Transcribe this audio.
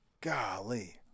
Golly